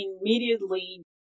immediately